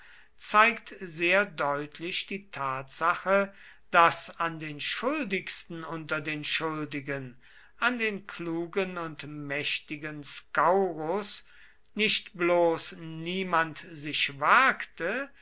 zeigt sehr deutlich die tatsache daß an den schuldigsten unter den schuldigen an den klugen und mächtigen scaurus nicht bloß niemand sich wagte